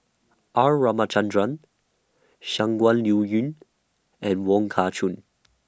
R Ramachandran Shangguan Liuyun and Wong Kah Chun